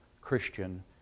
Christian